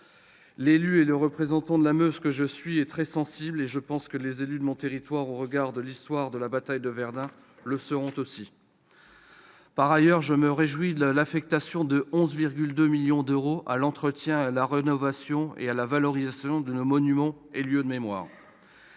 titre. Le représentant de la Meuse que je suis y est très sensible, et je pense que les élus de mon territoire, au regard de l'historique bataille de Verdun, le seront aussi. Par ailleurs, je me réjouis de l'affectation de 11,2 millions d'euros à l'entretien, à la rénovation et à la valorisation de nos monuments et lieux de mémoire.